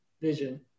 vision